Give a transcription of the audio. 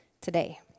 today